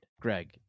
Greg